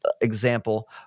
example